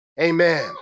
Amen